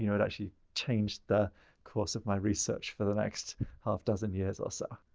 you know it actually changed the course of my research for the next half dozen years or so.